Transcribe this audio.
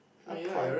a pond